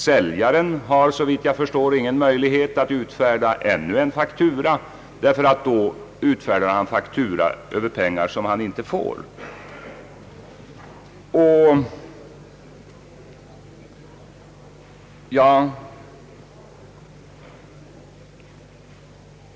Säljaren har, såvitt jag förstår, ingen möjlighet att utfärda ännu en faktura, ty då skulle han utfärda faktura över pengar som han inte får.